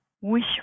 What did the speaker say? wish